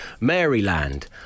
Maryland